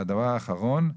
הדבר האחרון.